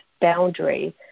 boundary